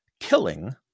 killing